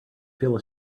feel